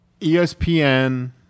espn